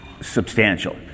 substantial